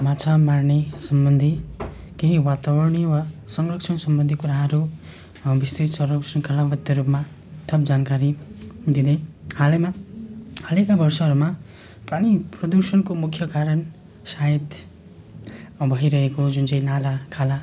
माछा मार्ने सम्बन्धी केही वातावरणीय संरक्षण सम्बन्धी कुराहरू विस्तृत छ शृङ्खलाबद्ध रूपमा जानकारी दिँदै हालैमा हालैका वर्षहरूमा प्राणी प्रदूषणको मुख्य कारण सायद भइरहेको जुन चाहिँ नालाखोला